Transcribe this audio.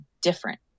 different